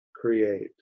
create